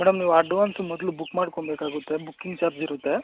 madam ನೀವು advance ಮೊದಲು book ಮಾಡ್ಕೋಬೇಕಾಗುತ್ತೆ ಬುಕ್ಕಿಂಗ್ ಚಾರ್ಜಿರುತ್ತೆ